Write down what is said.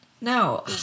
No